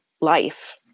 life